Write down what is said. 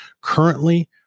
Currently